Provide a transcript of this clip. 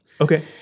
Okay